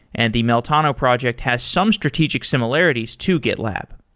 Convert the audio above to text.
and the meltano project has some strategic similarities to gitlab.